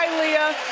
and leah.